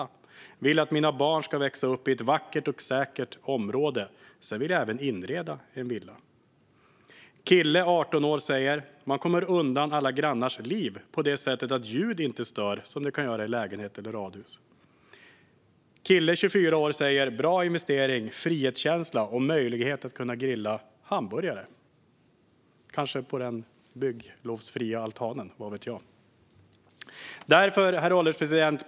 Jag vill att mina barn ska växa upp i ett vackert och säkert område. Sedan vill jag även inreda en villa. En kille på 18 år säger: Man kommer undan alla grannars liv på det sättet att ljud inte stör som det kan göra i lägenhet eller radhus. En kille på 24 år säger: Bra investering, frihetskänsla och möjlighet att grilla hamburgare. Det kan han kanske göra på den bygglovsfria altanen; vad vet jag. Herr ålderspresident!